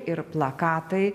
ir plakatai